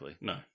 no